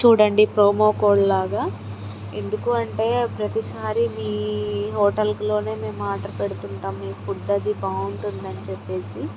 చూడండి promo code లాగా ఎందుకు అంటే ప్రతి సారి మీ హోటల్లోనే మేము ఆర్డర్ పెడుతూ ఉంటాము మీ ఫుడ్ అది బాగుంటుంది అని చెప్పి